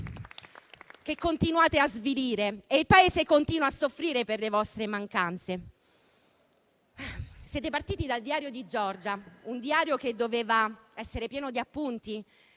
che continuate a svilire. Il Paese continua a soffrire per le vostre mancanze. Siete partiti dal diario di Giorgia, che doveva essere pieno di appunti.